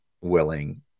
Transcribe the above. willing